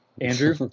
Andrew